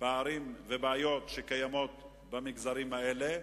פערים ובעיות שקיימים במגזרים האלה,